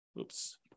oops